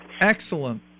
Excellent